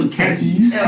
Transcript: Khakis